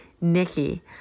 Nikki